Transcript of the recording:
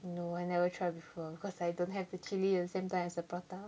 no I never try before cause I don't have the chilli at the same time as the prata